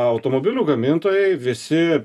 automobilių gamintojai visi